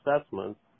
assessments